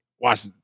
watch